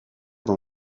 dans